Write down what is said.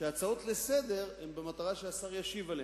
שהצעות לסדר-היום באות במטרה שהשר ישיב עליהן.